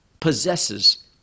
possesses